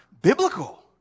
biblical